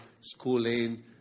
schooling